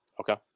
Okay